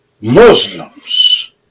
Muslims